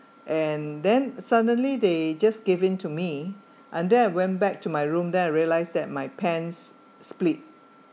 and then suddenly they just give in to me and then I went back to my room then I realized that my pants split